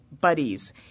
buddies